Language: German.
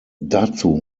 dazu